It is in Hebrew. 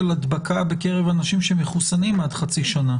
הדבקה בקרב אנשים שמחוסנים עד חצי שנה.